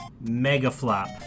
mega-flop